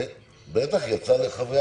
הוציא.